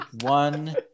one